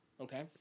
Okay